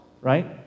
right